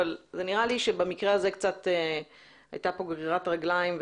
אבל נראה לי שבמקרה הזה הייתה כאן קצת גרירת רגליים.